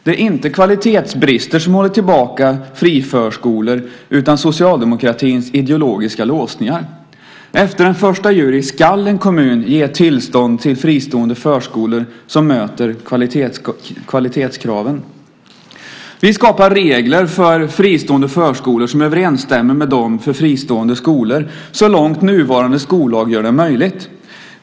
Det är inte kvalitetsbrister som håller tillbaka friförskolor utan socialdemokratins ideologiska låsningar. Efter den 1 juli skall en kommun ge tillstånd till fristående förskolor som möter kvalitetskraven. Vi skapar regler för fristående förskolor som överensstämmer med dem för fristående skolor, så långt nuvarande skollag gör det möjligt.